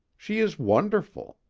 she is wonderful.